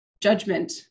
judgment